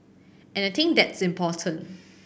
and I think that's important